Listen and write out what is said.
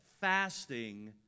fasting